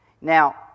Now